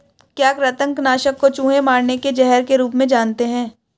क्या कृतंक नाशक को चूहे मारने के जहर के रूप में जानते हैं?